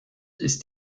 ist